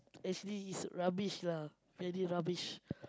actually it's rubbish lah really rubbish